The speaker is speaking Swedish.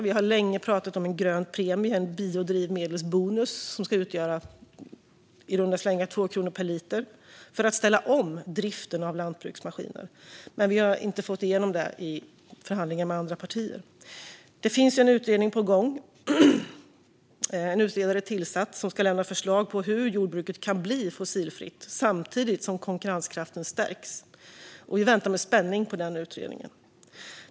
Vi har länge pratat om en grön premie - en biodrivmedelsbonus på i runda slängar 2 kronor per liter - för att ställa om driften av lantbruksmaskiner, men vi har inte fått igenom detta i förhandlingarna med andra partier. En utredning är på gång, och en utredare är tillsatt som ska lämna förslag om hur jordbruket kan bli fossilfritt samtidigt som konkurrenskraften stärks. Vi väntar med spänning på denna utredning.